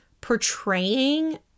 portraying